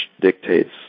dictates